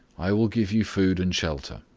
i will give you food and shelter.